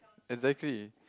exactly